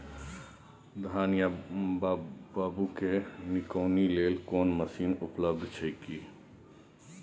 धान या बाबू के निकौनी लेल कोनो मसीन उपलब्ध अछि की?